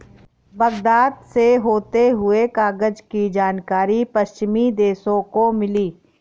Baghdad से होते हुए कागज की जानकारी पश्चिमी देशों को मिली